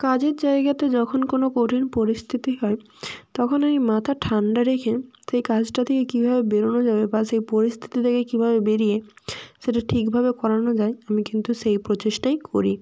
কাজের জায়গাতে যখন কোন কঠিন পরিস্থিতি হয় তখন ওই মাথা ঠান্ডা রেখে সেই কাজটা থেকে কীভাবে বেরনো যাবে বা সেই পরিস্থিতি থেকে কীভাবে বেরিয়ে সেটা ঠিকভাবে করানো যায় আমি কিন্তু সেই প্রচেষ্টায় করি